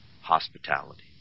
hospitality